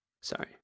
sorry